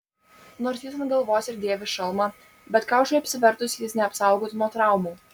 nors jis ant galvos ir dėvi šalmą bet kaušui apsivertus jis neapsaugotų nuo traumų